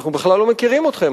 אנחנו בכלל לא מכירים אתכם.